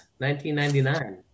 1999